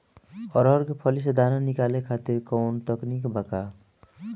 अरहर के फली से दाना निकाले खातिर कवन तकनीक बा का?